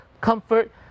comfort